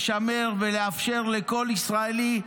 לשמר ולאפשר לכל ישראלי,